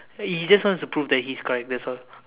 he just wants to prove that he is correct that's all